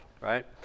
right